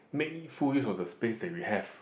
make full use of the space that we have